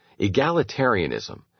egalitarianism